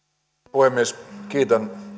puhemies kiitän